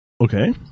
Okay